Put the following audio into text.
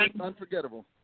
unforgettable